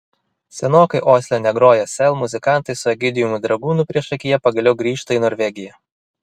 senokai osle negroję sel muzikantai su egidijumi dragūnu priešakyje pagaliau grįžta į norvegiją